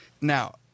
now